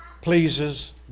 pleases